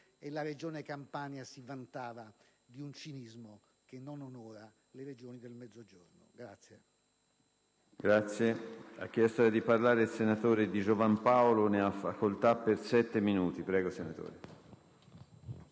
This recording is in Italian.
la Regione Campania si vantava di un cinismo che non onora le Regioni del Mezzogiorno.